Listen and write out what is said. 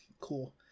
cool